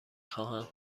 خواهم